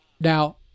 Now